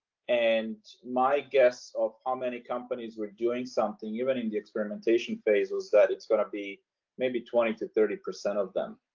and my guess of how many companies were doing something, even in the experimentation phase was that it's going to be maybe twenty to thirty percent of them.